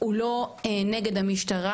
הוא לא נגד המשטרה,